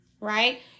right